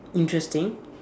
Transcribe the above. interesting